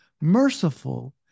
merciful